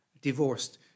divorced